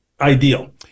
ideal